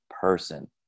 person